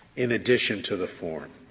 in addition to the form?